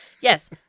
Yes